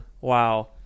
wow